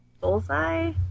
Bullseye